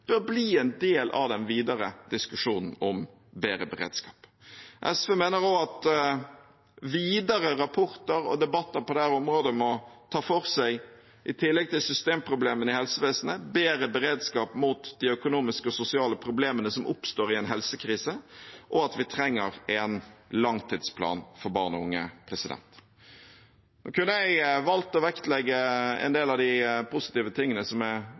bør bli en del av den videre diskusjonen om bedre beredskap. SV mener også at videre rapporter og debatter på dette området må ta for seg, i tillegg til systemproblemene i helsevesenet, bedre beredskap mot de sosiale og økonomiske problemene som oppstår i en helsekrise, og at vi trenger en langtidsplan for barn og unge. Nå kunne jeg valgt å vektlegge en del av de positive tingene som er